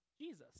Jesus